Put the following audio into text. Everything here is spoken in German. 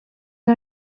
der